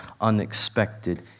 unexpected